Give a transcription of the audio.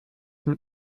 mit